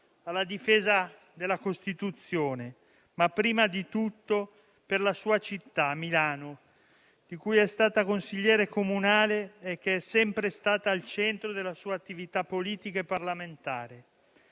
alla difesa della Costituzione, ma prima di tutto alla sua città, Milano, di cui è stata consigliere comunale e che è sempre stata al centro della sua attività politica e parlamentare.